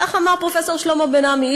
כך אמר פרופסור שלמה בן-עמי,